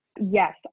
yes